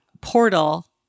portal